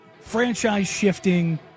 franchise-shifting